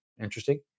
Interesting